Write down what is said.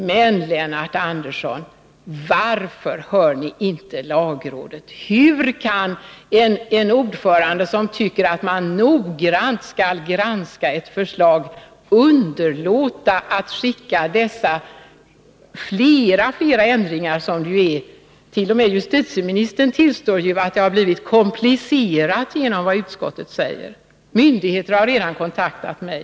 Men, Lennart Andersson, varför hör ni inte lagrådet? Hur kan en ordförande som tycker att utskottet noggrant skall granska ett förslag underlåta att skicka de många ändringsförslagen till lagrådet? T. o. m. justitieministern tillstår ju att det har blivit ”komplicerat” genom vad utskottet säger, och myndigheter har redan kontaktat mig.